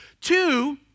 Two